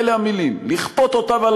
אלה המילים: לכפות אותם,